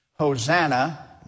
Hosanna